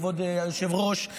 כבוד היושב-ראש,